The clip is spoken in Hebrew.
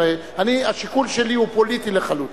השיקול שלי הוא פוליטי לחלוטין.